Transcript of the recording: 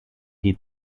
die